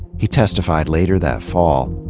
he testified later that fall,